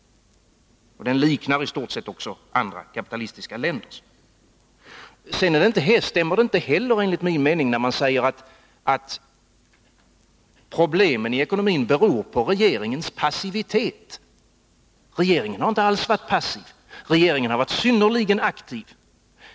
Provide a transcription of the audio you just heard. Den liknar också i stort sett andra kapitalistiska länders. Sedan stämmer det inte heller enligt min mening när man säger att problemen i ekonomin beror på regeringens passivitet. Regeringen har inte alls varit passiv. Regeringen har varit synnerligen aktiv.